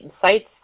sites